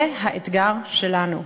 זה האתגר שלנו.